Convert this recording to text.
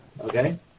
Okay